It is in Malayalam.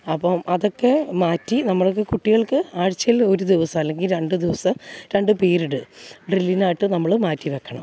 അപ്പം അതൊക്കെ മാറ്റി നമ്മൾക്ക് കുട്ടികൾക്ക് ആഴ്ചയിൽ ഒരു ദിവസം അല്ലെങ്കിൽ രണ്ടുദിവസം രണ്ടു പീര്ഡ് ഡ്രില്ലിനായിട്ട് നമ്മൾ മാറ്റിവെക്കണം